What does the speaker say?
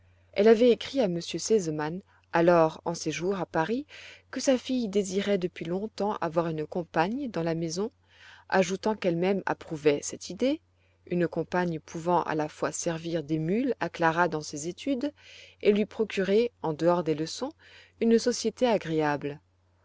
elle avait écrit à m r sesemann alors en séjour à paris que sa fille désirait depuis longtemps avoir une compagne dans la maison ajoutant qu'elle-même approuvait cette idée une compagne pouvant à la fois servir d'émule à clara dans ses études et lui procurer en dehors des leçons une société agréable